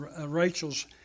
Rachel's